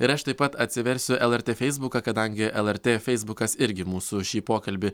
ir aš taip pat atsiversiu lrt feisbuką kadangi lrt feisbukas irgi mūsų šį pokalbį